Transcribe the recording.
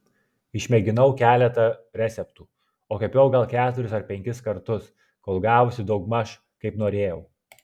išmėginau keletą receptų o kepiau gal keturis ar penkis kartus kol gavosi daugmaž kaip norėjau